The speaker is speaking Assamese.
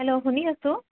হেল্ল' শুনি আছোঁ